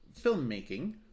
filmmaking